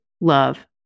love